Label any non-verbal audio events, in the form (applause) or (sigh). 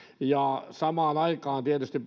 samaan aikaan postin pitäisi tietysti (unintelligible)